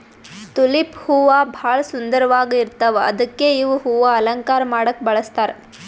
tulip ಹೂವಾ ಭಾಳ್ ಸುಂದರ್ವಾಗ್ ಇರ್ತವ್ ಅದಕ್ಕೆ ಇವ್ ಹೂವಾ ಅಲಂಕಾರ್ ಮಾಡಕ್ಕ್ ಬಳಸ್ತಾರ್